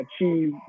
achieve